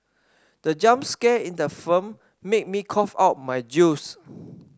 the jump scare in the film made me cough out my juice